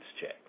check